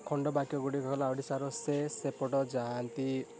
ଖଣ୍ଡ ବାକ୍ୟ ଗୁଡ଼ିକ ହେଲା ଓଡ଼ିଶାର ସେ ସେପଟ ଯାଆନ୍ତି